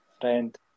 Friend